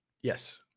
Yes